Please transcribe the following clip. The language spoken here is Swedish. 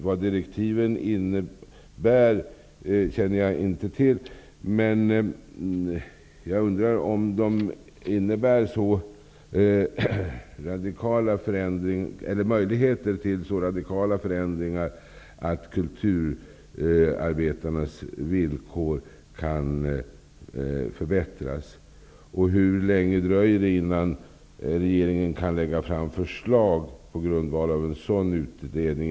Vad direktiven innebär känner jag inte till, men jag undrar om de innebär möjligheter till så radikala förändringar att kulturarbetarnas villkor kan förbättras. Hur länge dröjer det innan regeringen kan lägga fram förslag på grundval av en sådan utredning?